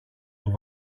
του